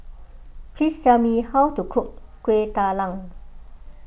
please tell me how to cook Kueh Talam